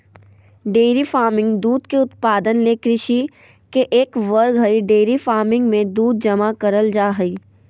dairy farming दूध के उत्पादन ले कृषि के एक वर्ग हई डेयरी फार्मिंग मे दूध जमा करल जा हई